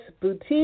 Boutique